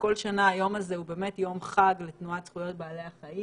כל שנה היום הזה הוא באמת יום חג לתנועת זכויות בעלי החיים